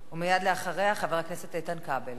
מייד אחריה, חבר הכנסת איתן כבל.